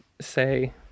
say